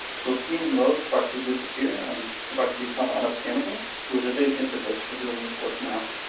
so seeing those start to disappear and start to become unattainable was a big impetus for doing this work now.